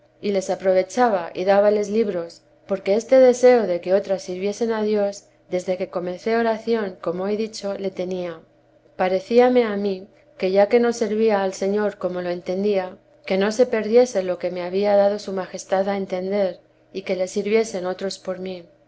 y les aprovechaba y dábales libros porque este deseo de que otras sirviesen a dios desde que comencé oración como he dicho le tenia parecíame a mí que ya que no servía al señor como lo entendía que no se perdiese lo que me había dado su majestad a entender y que le sirviesen otros por mí